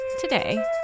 Today